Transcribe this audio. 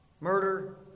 murder